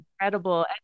Incredible